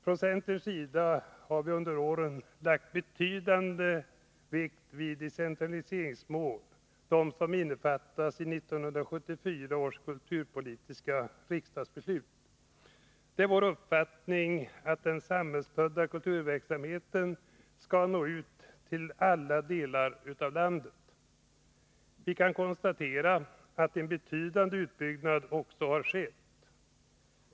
Från centerns sida har vi under åren lagt betydande vikt vid de decentraliseringsmål som innefattas i 1974 års kulturpolitiska riksdagsbeslut. Det är vår uppfattning att den samhällsstödda kulturverksamheten skall nå ut till alla delar av landet. Vi kan konstatera att en betydande utbyggnad har skett.